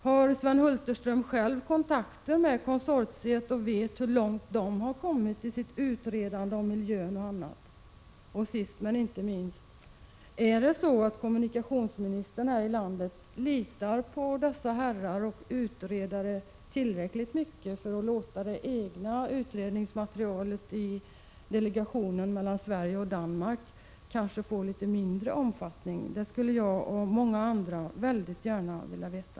Har Sven Hulterström själv kontakter med konsortiet, och vet han hur långt detta har kommit i sitt utredande om miljö och annat? Sist men inte minst: Litar kommunikationsministern här i landet tillräckligt mycket på dessa herrar och utredare för att låta det egna utredningsmaterialet i delegationen mellan Sverige och Danmark få litet mindre omfattning? Det skulle jag och många andra väldigt gärna vilja veta.